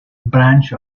branch